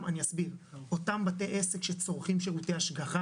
אותם בתי עסק שצורכים שירותי השגחה,